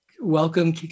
Welcome